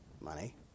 Money